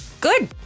good